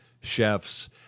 chefs